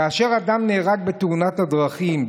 כאשר אדם נהרג בתאונת דרכים,